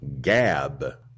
Gab